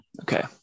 Okay